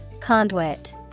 Conduit